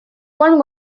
kolm